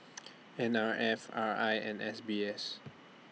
N R F R I and S B S